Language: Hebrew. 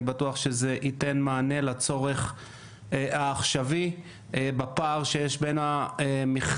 אני בטוח שזה ייתן מענה לצורך העכשווי בפער שיש בין המכסה